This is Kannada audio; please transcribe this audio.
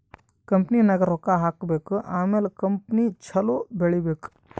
ಕಂಪನಿನಾಗ್ ರೊಕ್ಕಾ ಹಾಕಬೇಕ್ ಆಮ್ಯಾಲ ಕಂಪನಿ ಛಲೋ ಬೆಳೀಬೇಕ್